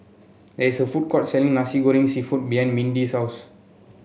there is a food court selling Nasi Goreng seafood behind Mindi's house